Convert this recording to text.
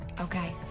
Okay